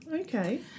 okay